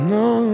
no